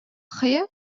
хайа